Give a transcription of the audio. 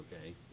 okay